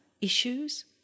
issues